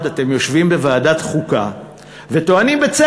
אז תסבירו לי באמת את הבלבול: מצד אחד אתם יושבים בוועדת חוקה וטוענים,